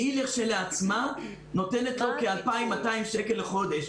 שהיא לעצמה נותנת לו כ-2,200 שקלים לחודש.